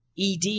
ED